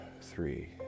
three